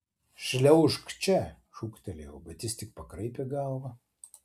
šliaužk čia šūktelėjau bet jis tik pakraipė galvą